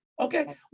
Okay